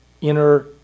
inner